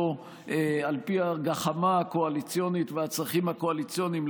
על פי הגחמה הקואליציונית והצרכים הקואליציוניים,